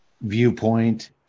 viewpoint